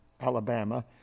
alabama